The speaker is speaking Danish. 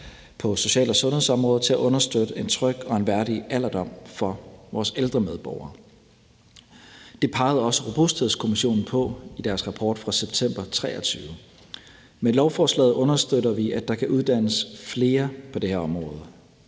på social- og sundhedsområdet til at understøtte en tryg og værdig alderdom for vores ældre medborgere. Det pegede også Robusthedskommissionen på i deres rapport fra september 2023. Med lovforslaget understøtter vi, at der kan uddannes flere på det her område.